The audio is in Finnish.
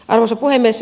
arvoisa puhemies